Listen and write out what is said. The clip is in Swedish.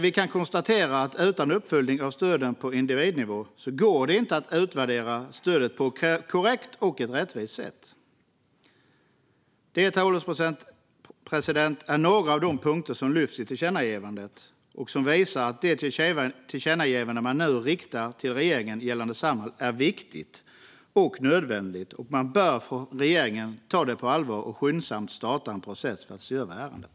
Vi kan konstatera att utan uppföljning av stödet på individnivå går det inte att utvärdera stödet på ett korrekt och rättvist sätt. Detta, herr ålderspresident, är några av de punkter som lyfts fram i tillkännagivandet och som visar att det tillkännagivande man nu riktar till regeringen gällande Samhall är viktigt och nödvändigt. Man bör från regeringen ta det på allvar och skyndsamt starta en process för att se över ärendet.